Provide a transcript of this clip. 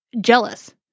jealous